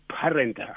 parent